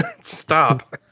Stop